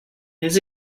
his